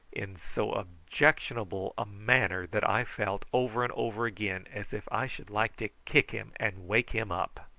in so objectionable a manner that i felt over and over again as if i should like to kick him and wake him up.